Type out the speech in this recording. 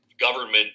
government